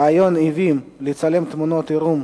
רעיון עוועים לצלם תמונות עירום